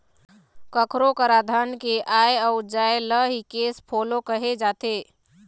कखरो करा धन के आय अउ जाय ल ही केस फोलो कहे जाथे